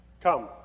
Come